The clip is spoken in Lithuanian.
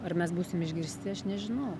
ar mes būsim išgirsti aš nežinau